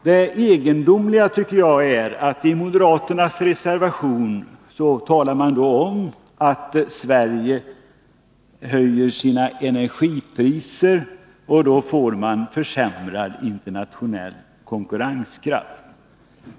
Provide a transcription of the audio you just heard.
Det egendomliga tycker jag är att moderaterna i sin reseravation talar om att Sverige genom att höja sina energipriser får försämrad internationell konkurrenskraft.